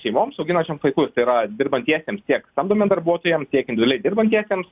šeimoms auginančioms vaikus tai yra dirbantiesiems tiek samdomiems darbuotojams tiek individualiai dirbantiesiems